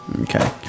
Okay